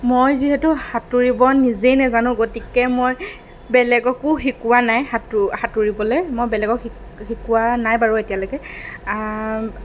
মই যিহেতু সাঁতুৰিব নিজেই নেজানো গতিকে মই বেলেগকো শিকোৱা নাই সাঁতু সাঁতুৰিবলৈ মই বেলেগক শি শিকোৱা নাই বাৰু এতিয়ালৈকে